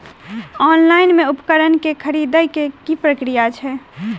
Online मे उपकरण केँ खरीदय केँ की प्रक्रिया छै?